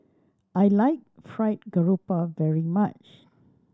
I like Fried Garoupa very much